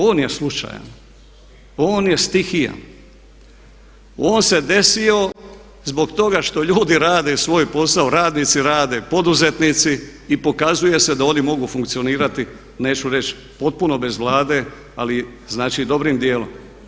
On je slučajan, on je stihija, on se desio zbog toga što ljudi rade svoj posao, radnici rade, poduzetnici i pokazuje se da oni mogu funkcionirati neću reći potpuno bez Vlade ali znači dobrim djelom.